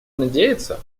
надеется